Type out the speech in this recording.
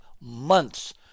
months